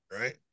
right